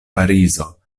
parizo